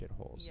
shitholes